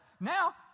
now